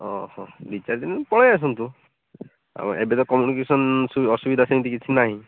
ଓହୋ ଦୁଇ ଚାରି ଦିନ ପରେ ଆସନ୍ତୁ ଆଉ ଏବେ ତ କମ୍ୟୁନିକେସନ୍ ସୁ ଅସୁବିଧା ସେମିତି କିଛି ନାହିଁ